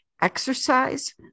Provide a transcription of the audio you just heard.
exercise